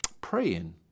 Praying